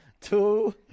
two